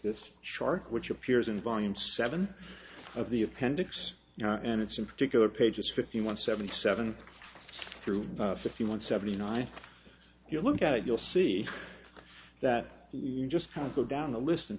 this shark which appears in volume seven of the appendix you know and it's in particular pages fifty one seventy seven through fifty one seventy nine if you look at it you'll see that you just kind of go down the list and